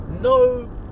No